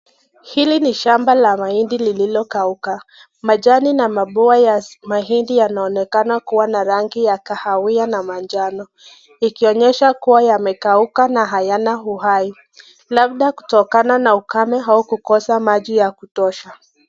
Hili ni shamba la mahindi lililo kauka majani na maboya ya mahindi yanaonekana kuwa na rangi ya kahawia na manjano ikionyesha kuwa yamekauka na hayana uhai labda kutokana na ukame ama kukosa maji ya kutosha.